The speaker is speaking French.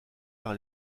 par